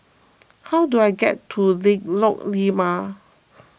how do I get to Lengkok Lima